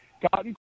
gotten